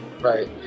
Right